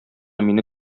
мине